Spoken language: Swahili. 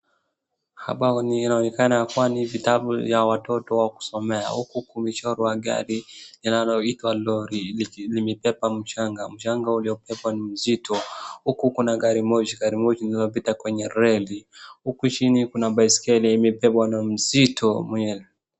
Hapa inaonekana kuwa ni vitabu ya watoto ya kusomea huku kumechorwa gari linaloitwa lorry . Limebeba mchanga, mchanga uliobebwa ni mzito huku kuna gari moshi iliyopita kwenye reli, huku chini kuna baiskeli.